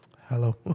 Hello